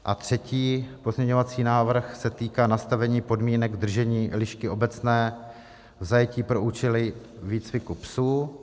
A třetí pozměňovací návrh se týká nastavení podmínek držení lišky obecné v zajetí pro účely výcviku psů.